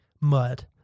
Mud